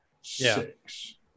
six